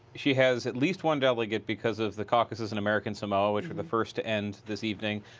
she has at least one delegate because of the caucuses in american samoa which was the first to end the season,